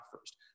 first—